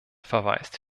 verweist